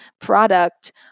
product